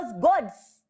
gods